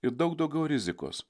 ir daug daugiau rizikos